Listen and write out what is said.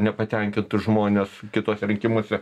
nepatenkintus žmones kituose rinkimuose